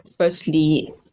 Firstly